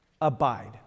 Abide